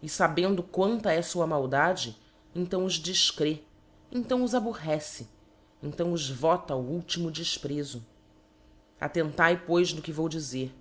e íabendo quanta é fua maldade então os defere então os aborrece então os vota ao ultimo defprezo attentae pois no que vou dizer